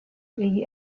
iyi